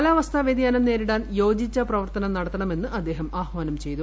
കാലാവസ്ഥാ വൃതിയാനം നേരിടാൻ യോജിച്ച പ്രവർത്തനം നടത്തണമെന്ന് അദ്ദേഹം ആഹ്വാനം ചെയ്തു